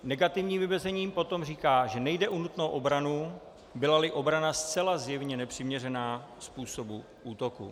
Negativní vymezení potom říká, že nejde o nutnou obranu, bylali obrana zcela zjevně nepřiměřená způsobu útoku.